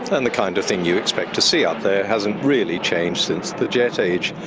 and the kind of thing you expect to see up there hasn't really changed since the jet age.